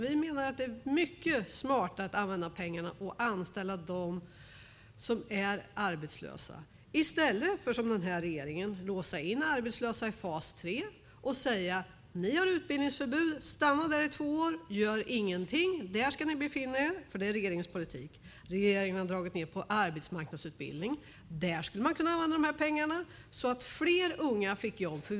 Vi menar att det är mycket smartare att använda pengarna till att anställa dem som är arbetslösa, i stället för att, som den här regeringen, låsa in arbetslösa i fas 3 och säga: Ni har utbildningsförbud. Stanna i två år. Gör ingenting. Det är regeringens politik. Regeringen har dragit ned på arbetsmarknadsutbildning. Där skulle man kunna använda de här pengarna så att fler unga får jobb.